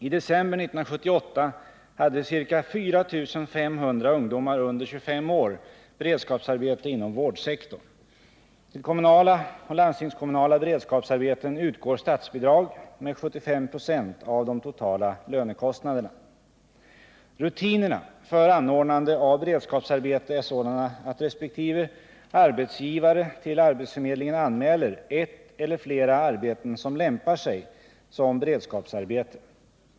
I december 1978 hade ca 4 500 ungdomar under 25 år beredskapsarbete inom vårdsektorn. Till kommunala och landstingskommunala beredskapsarbeten utgår statsbidrag med 75 926 av de totala lönekostnaderna. Rutinerna för anordnande av beredskapsarbete är sådana att resp. arbets givare till arbetsförmedlingen anmäler ett eller flera arbeten som lämpar sig som beredskapsarbete.